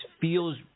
feels